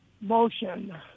motion